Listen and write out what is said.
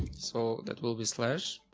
so that will be slash.